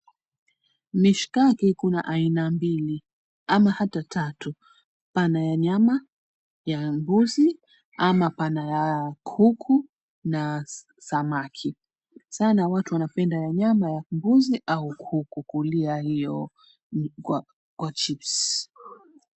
Mishkaki, kuna aina mbili au hata tatu; pana ya nyama ya mbuzi, ama pana ya kuku na samaki. Sana watu wanapenda ya nyama ya mbuzi au kuku, kulia hiyo kwa chipsi.